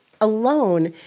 alone